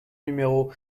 numéro